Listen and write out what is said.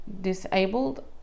disabled